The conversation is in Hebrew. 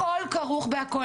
הכול כרוך בכול.